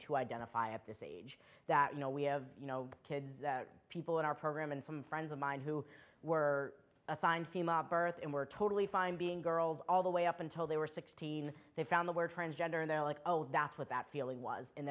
to identify at this age that you know we have you know kids people in our program and some friends of mine who were assigned birth and were totally fine being girls all the way up until they were sixteen they found the word transgender and they're like oh that's what that feeling was and